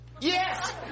Yes